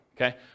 Okay